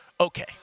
Okay